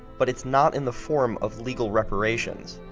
but it's not in the form of legal reparations.